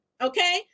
okay